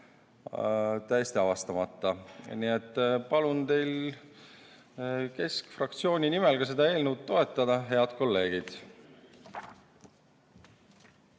täiesti avastamata. Ma palun keskfraktsiooni nimel seda eelnõu toetada, head kolleegid.